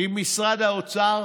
עם משרד האוצר,